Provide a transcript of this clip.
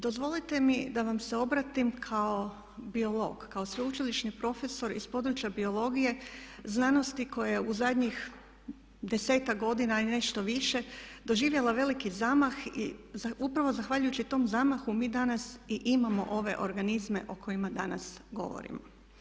Dozvolite mi da vam se obratim kao biolog, kao sveučilišni profesor iz područja biologije, znanosti koja je u zadnjih desetak godina i nešto više doživjela veliki zamah i upravo zahvaljujući tome zamahu mi danas i imamo ove organizme o kojima danas govorimo.